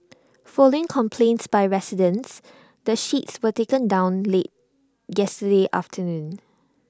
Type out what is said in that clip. following complaints by residents the sheets were taken down late yesterday afternoon